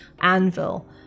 anvil